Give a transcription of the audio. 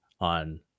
on